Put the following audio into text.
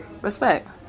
Respect